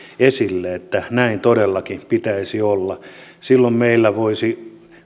esille että näin todellakin pitäisi olla silloin meillä voisi